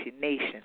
Nation